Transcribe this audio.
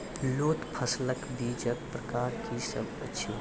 लोत फसलक बीजक प्रकार की सब अछि?